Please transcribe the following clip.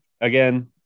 again